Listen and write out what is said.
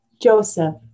Joseph